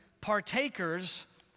partakers